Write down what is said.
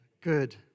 Good